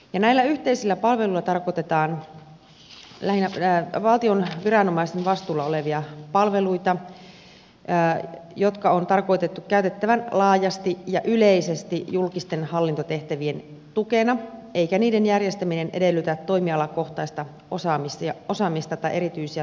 näillä yhteisillä palveluilla tarkoitetaan valtion viranomaisten vastuulla olevia palveluita jotka on tarkoitettu käytettävän laajasti ja yleisesti julkisten hallintotehtävien tukena eikä niiden järjestäminen edellytä toimialakohtaista osaamista tai erityisiä toimialakohtaisia ratkaisuja